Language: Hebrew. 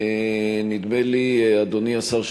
אדוני השר,